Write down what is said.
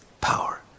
power